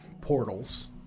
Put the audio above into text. portals